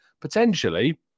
potentially